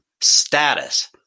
status